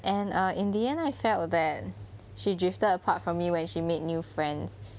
and in the end I felt that she drifted apart from me when she made new friends